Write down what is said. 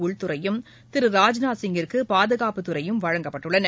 உள்துறையும் திரு ராஜ்நாத் சிங்கிற்கு பாதுகாப்புத் துறையும் வழங்கப்பட்டுள்ளன